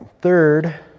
third